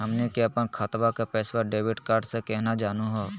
हमनी के अपन खतवा के पैसवा डेबिट कार्ड से केना जानहु हो?